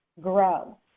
grow